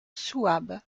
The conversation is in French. souabe